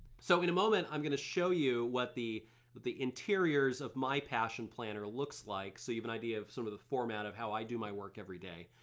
so in a moment i'm gonna show you what the the interiors of my passion planner looks like so you have an idea of sort of the format of how i do my work everyday.